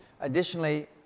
Additionally